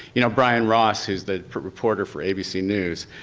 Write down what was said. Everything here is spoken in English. you know brian ross who's that reporter for abc news,